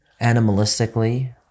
animalistically